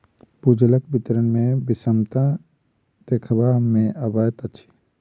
भूजलक वितरण मे विषमता देखबा मे अबैत अछि